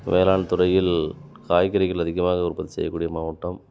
வேளாண்துறையில் காய்கறிகள் அதிகமாக உற்பத்தி செய்யக்கூடிய மாவட்டம்